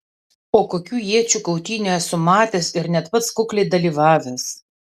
o kokių iečių kautynių esu matęs ir net pats kukliai dalyvavęs